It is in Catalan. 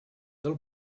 del